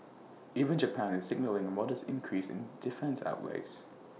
even Japan is signalling A modest increase in defence outlays